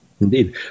Indeed